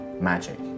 magic